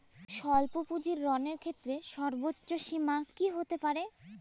স্বল্প পুঁজির ঋণের ক্ষেত্রে সর্ব্বোচ্চ সীমা কী হতে পারে?